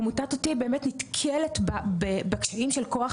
עמותת "אותי" באמת נתקלת בקשיים של כוח